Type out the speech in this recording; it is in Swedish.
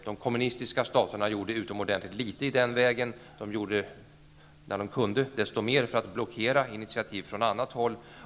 De kommunistiska staterna gjorde utomordentligt litet i den vägen -- de gjorde, när de kunde, desto mer för att blockera initiativ från annat håll.